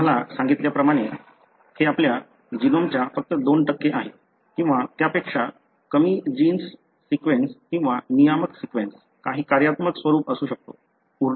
मी तुम्हाला सांगितल्याप्रमाणे हे आपल्या जीनोमच्या फक्त 2 आहे किंवा त्यापेक्षा कमी जीन्स सीक्वेन्स किंवा नियामक सीक्वेन्स काही कार्यात्मक स्वरूप असू शकतो